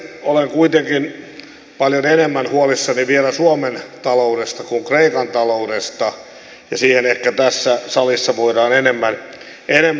olen kuitenkin paljon enemmän huolissani vielä suomen taloudesta kuin kreikan taloudesta ja siihen ehkä tässä salissa voidaan enemmän vaikuttaa